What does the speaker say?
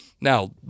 Now